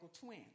twin